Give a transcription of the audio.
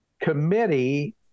committee